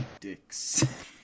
dicks